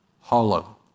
hollow